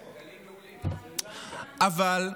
אבל,